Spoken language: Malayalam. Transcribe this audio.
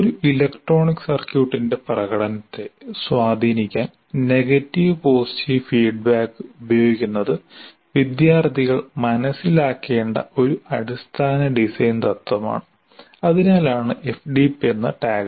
ഒരു ഇലക്ട്രോണിക് സർക്യൂട്ടിന്റെ പ്രകടനത്തെ സ്വാധീനിക്കാൻ നെഗറ്റീവ് പോസിറ്റീവ് ഫീഡ്ബാക്ക് ഉപയോഗിക്കുന്നത് വിദ്യാർത്ഥികൾ മനസ്സിലാക്കേണ്ട ഒരു അടിസ്ഥാന ഡിസൈൻ തത്വമാണ് അതിനാൽ ആണ് FDP എന്ന ടാഗ്